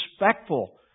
respectful